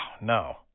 no